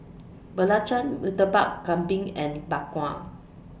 Belacan Murtabak Kambing and Bak Kwa